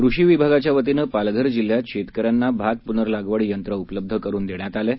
कृषी विभागाच्या वतीनं पालघर जिल्ह्यात शेतकऱ्यांना भात पुनर्लागवड यंत्र उपलब्ध करून देण्यात आलं आहे